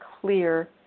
clear